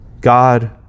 God